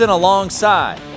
alongside